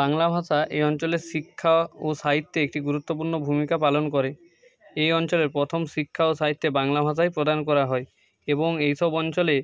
বাংলা ভাষা এই অঞ্চলের শিক্ষা ও সাহিত্যে একটি গুরুত্বপূর্ণ ভূমিকা পালন করে এই অঞ্চলের প্রথম শিক্ষা ও সাহিত্যে বাংলা ভাষায় প্রদান করা হয় এবং এই সব অঞ্চলে